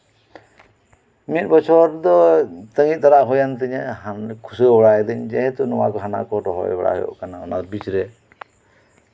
ᱢᱤᱫ ᱵᱚᱪᱷᱚᱨ ᱫᱚ ᱛᱟᱹᱜᱤ ᱛᱟᱲᱟᱜ ᱦᱩᱭᱮᱱ ᱛᱤᱧᱟᱹ ᱠᱷᱩᱥᱞᱟᱹᱣ ᱵᱟᱲᱟᱭᱤᱫᱟᱹᱧ ᱡᱮᱦᱮᱛᱩ ᱱᱚᱶᱟ ᱠᱚ ᱦᱟᱱᱟ ᱠᱚ ᱨᱚᱦᱚᱭ ᱵᱟᱲᱟᱭ ᱦᱩᱭᱩᱜ ᱠᱟᱱᱟ ᱚᱱᱟ ᱵᱤᱪᱨᱮ